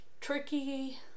Tricky